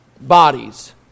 bodies